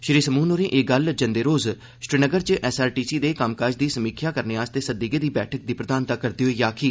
श्री समून होरें एह् गल्ल जंदे रोज़ श्रीनगर च एसआरटीसी दे कम्मकाज दी समीक्षा करने आस्तै सद्दी गेदी बैठक दी प्रधानता करदे होई आक्खी